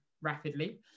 rapidly